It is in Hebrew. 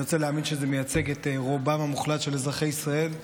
אני רוצה להאמין שזה מייצג את רובם המוחלט של אזרחי ישראל,